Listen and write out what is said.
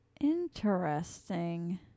interesting